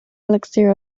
elixir